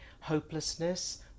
hopelessness